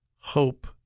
hope